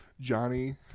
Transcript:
Johnny